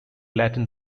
latin